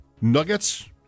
Nuggets